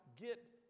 get